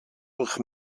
durch